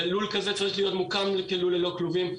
ולול כזה צריך להיות מוקם ללא כלובים,